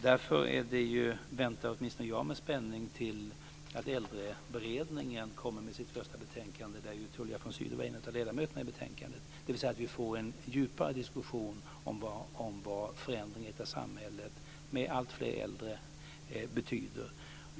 Därför väntar åtminstone jag med spänning på att Äldreberedningen ska komma med sitt första betänkande - Tullia von Sydow är ju en av ledamöterna i beredningen - och att vi får en djupare diskussion om vad förändringen av samhället med alltfler äldre betyder.